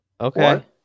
Okay